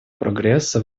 прогресса